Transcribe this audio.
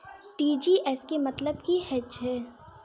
TGS केँ मतलब की हएत छै?